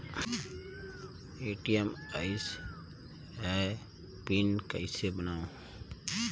ATM आइस ह PIN कइसे बनाओ?